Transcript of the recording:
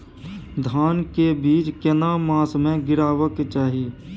धान के बीज केना मास में गीरावक चाही?